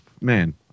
man